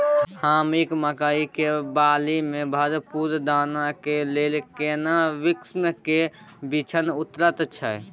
हाकीम मकई के बाली में भरपूर दाना के लेल केना किस्म के बिछन उन्नत छैय?